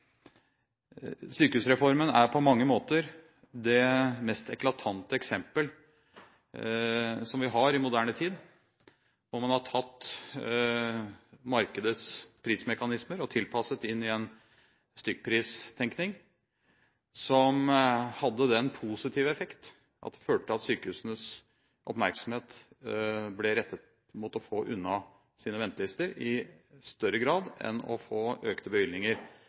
Sykehusreformen er på mange måter det mest eklatante eksempel som vi har i moderne tid, hvor man har tatt markedets prismekanismer og tilpasset dem inn i en stykkpristenkning som hadde den positive effekt at det førte til at sykehusenes oppmerksomhet ble rettet mot å få unna sine ventelister i større grad enn å få økte bevilgninger